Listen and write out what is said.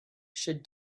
should